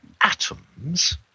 atoms